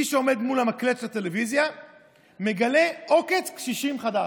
מי שעומד מול מקלט הטלוויזיה מגלה עוקץ קשישים חדש.